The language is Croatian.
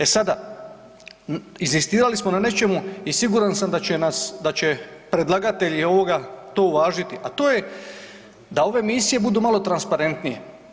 E sada, inzistirali smo na nečemu i siguran sam da će predlagatelji ovoga to uvažiti, a to je da ove misije budu malo transparentnije.